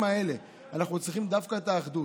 כי אני חושב שבימים האלה אנחנו צריכים דווקא את האחדות,